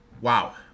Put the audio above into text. Wow